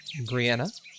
Brianna